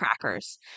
crackers